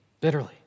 bitterly